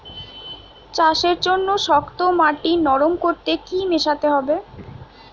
চাষের জন্য শক্ত মাটি নরম করতে কি কি মেশাতে হবে?